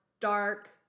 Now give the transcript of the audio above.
dark